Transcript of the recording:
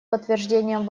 подтверждением